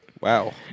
Wow